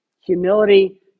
humility